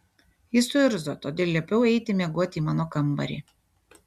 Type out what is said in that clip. jis suirzo todėl liepiau eiti miegoti į mano kambarį